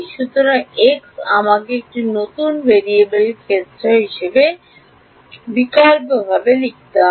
সুতরাং x আমাকে এখন নতুন ভেরিয়েবলের ক্ষেত্রে বিকল্প হিসাবে লিখতে হবে